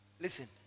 Listen